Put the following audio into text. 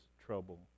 trouble